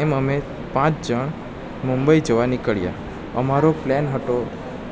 એમ અમે પાંચ જણ મુંબઈ જવા નીકળ્યાં અમારો પ્લાન હતો